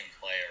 player